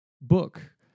book